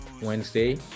Wednesday